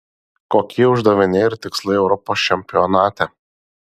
kokie uždaviniai ir tikslai europos čempionate